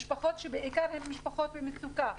בעיקר משפחות במצוקה,